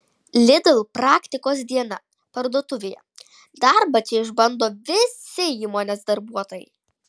lidl praktikos diena parduotuvėje darbą čia išbando visi įmonės darbuotojai